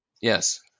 Yes